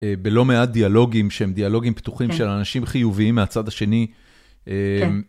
בלא מעט דיאלוגים שהם דיאלוגים פתוחים... כן. של אנשים חיוביים מהצד השני. אה... כן.